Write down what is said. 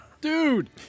Dude